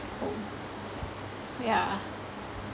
home yeah